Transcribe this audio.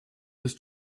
this